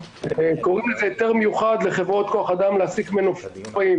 קוראים לזה היתר מיוחד לחברות כוח אדם להעסיק מנופאים,